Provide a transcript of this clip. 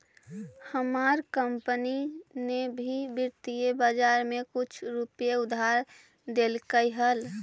हमार कंपनी ने भी वित्तीय बाजार में कुछ रुपए उधार देलकइ हल